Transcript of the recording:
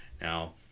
now